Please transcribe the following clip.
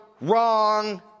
wrong